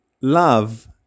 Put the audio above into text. love